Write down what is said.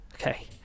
okay